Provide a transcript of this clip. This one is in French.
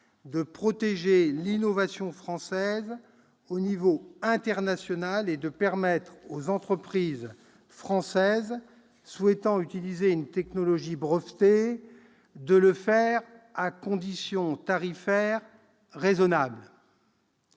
de protéger l'innovation française à l'échelon international et de permettre aux entreprises françaises souhaitant utiliser une technologie brevetée de le faire à conditions tarifaires raisonnables.